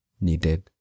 needed